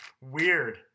Weird